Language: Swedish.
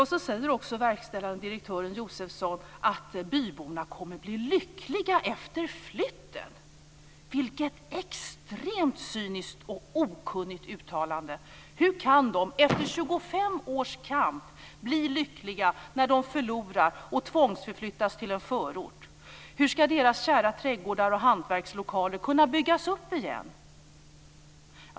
Verkställande direktören Josefsson säger också att byborna kommer att bli lyckliga efter flytten. Vilket extremt cyniskt och okunnigt uttalande! Hur kan de, efter 25 års kamp, bli lyckliga när de förlorar och tvångsförflyttas till en förort? Hur ska deras kära trädgårdar och hantverkslokaler kunna byggas upp igen?